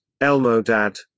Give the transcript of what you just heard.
Elmodad